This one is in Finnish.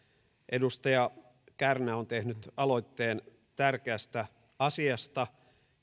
edustaja kärnä on tehnyt aloitteen tärkeästä asiasta